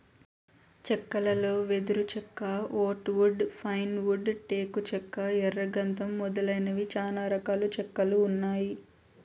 చెక్కలలో వెదురు చెక్క, ఓక్ వుడ్, పైన్ వుడ్, టేకు చెక్క, ఎర్ర గందం మొదలైనవి చానా రకాల చెక్కలు ఉన్నాయి